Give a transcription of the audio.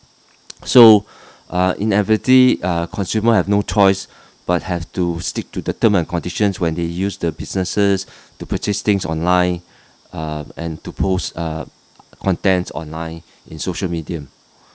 so inevitably uh consumer have no choice but have to stick to the term and conditions when they use the businesses to purchase things online uh and to post uh contents online in social media